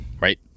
Right